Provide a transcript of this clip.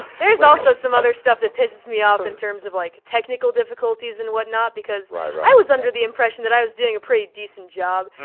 there's also some other stuff that pisses me off in terms of like technical difficulties and whatnot, because i was under the impression that i was doing a pretty decent job.